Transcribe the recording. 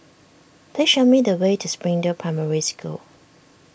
please show me the way to Springdale Primary School